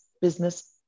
business